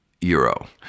euro